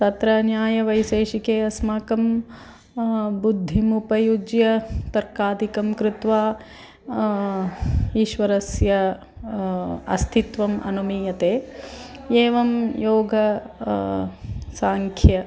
तत्र न्यायवैशेषिके अस्माकं बुद्धिमुपयुज्य तर्कादिकं कृत्वा ईश्वरस्य अस्तित्वम् अनुमीयते एवं योग साङ्ख्य